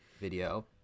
video